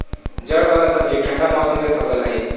जड़ वाला सब्जि ठंडा मौसम के फसल हइ